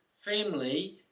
family